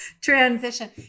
transition